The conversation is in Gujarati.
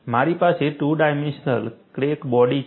મારી પાસે ટુ ડાયમેન્શનલ ક્રેક બોડી છે